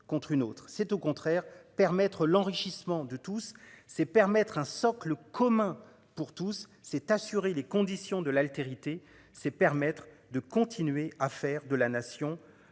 contre une autre, c'est au contraire permettre l'enrichissement de tous ces permettre un socle commun pour tous, c'est assurer les conditions de l'altérité. C'est permettre de continuer à faire de la nation